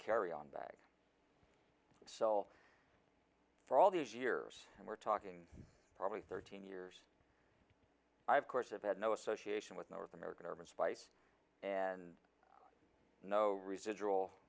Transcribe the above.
carry on bag sell for all these years and we're talking probably thirteen years i've course of had no association with north american urban spice and no residual